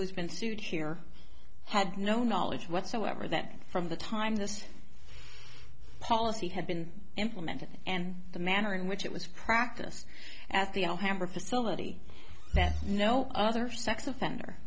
who's been sued here had no knowledge whatsoever that from the time this policy had been implemented and the manner in which it was practiced at the alhambra facility that no other sex offender